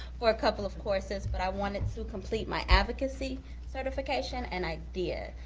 for a couple of courses, but i wanted to complete my advocacy certification, and i did.